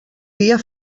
dia